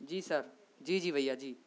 جی sir جی جی بھیا جی